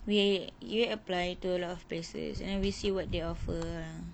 wei you apply to a lot of places and then we see what they offer lah